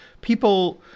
People